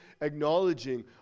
acknowledging